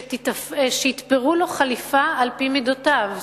שיתפרו לו חליפה על-פי מידותיו,